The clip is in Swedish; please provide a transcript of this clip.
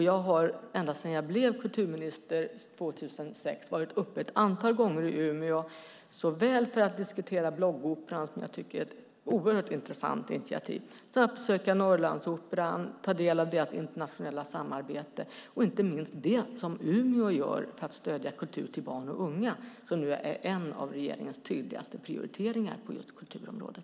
Jag har sedan jag blev kulturminister 2006 varit ett antal gånger i Umeå såväl för att diskutera bloggopera, som jag tycker är ett oerhört intressant initiativ, som för att besöka Norrlandsoperan och ta del av deras internationella samarbete och inte minst det som Umeå gör för att stödja kultur till barn och unga som ju är en av regeringens tydligaste prioriteringar på kulturområdet.